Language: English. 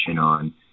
on